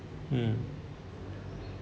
mm